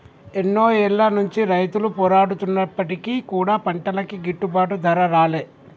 ఎన్నో ఏళ్ల నుంచి రైతులు పోరాడుతున్నప్పటికీ కూడా పంటలకి గిట్టుబాటు ధర రాలే